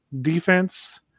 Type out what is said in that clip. Defense